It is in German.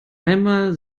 einmal